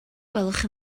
gwelwch